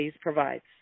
provides